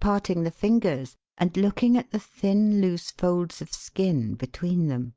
parting the fingers and looking at the thin, loose folds of skin between them.